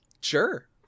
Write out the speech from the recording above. Sure